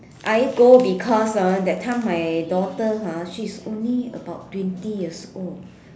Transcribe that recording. I go because ah that time my daughter ah she's only about twenty years old